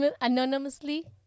anonymously